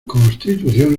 constitución